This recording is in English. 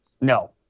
No